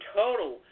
total